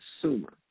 consumer